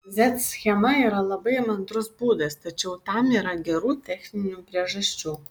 z schema yra labai įmantrus būdas tačiau tam yra gerų techninių priežasčių